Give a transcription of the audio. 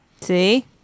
See